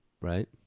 right